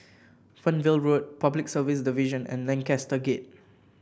Fernvale Road Public Service Division and Lancaster Gate